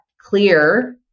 clear